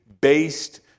based